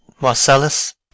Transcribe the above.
Marcellus